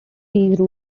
these